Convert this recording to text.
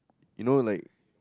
you know like